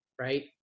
right